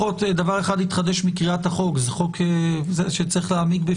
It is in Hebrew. אז אם מדברים על אוכלוסיות שלא עושות שימוש נרחב בהמון המון